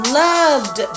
loved